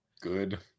good